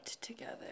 Together